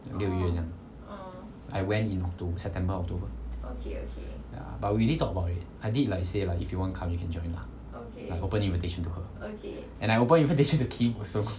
六月这样 I went in september october but we did talk about it I did like say lah if you want come you can join open invitation to her and I open invitation to kim also